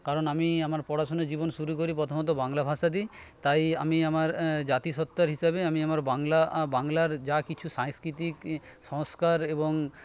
কারণ আমি আমার পড়াশুনার জীবন শুরু করি প্রথমত বাংলা ভাষা দিয়ে তাই আমি আমার জাতিসত্তার হিসাবে আমি আমার বাংলা বাংলার যা কিছু সাংস্কৃতিক সংস্কার এবং